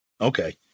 okay